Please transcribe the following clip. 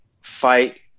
fight